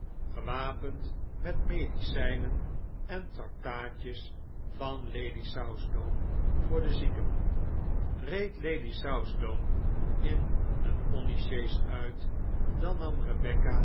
gewapend met medicijnen en tractaatjes van lady southdown voor de zieken reed lady southdown in een pony sjees uit dan nam